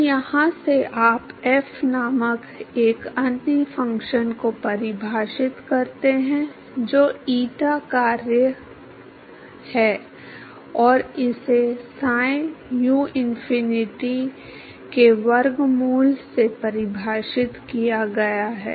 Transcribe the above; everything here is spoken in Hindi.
तो यहाँ से आप f नामक एक अन्य फ़ंक्शन को परिभाषित करते हैं जो eta का कार्य है और जिसे psi uinfinity के वर्गमूल में परिभाषित किया गया है